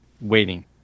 waiting